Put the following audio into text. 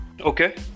Okay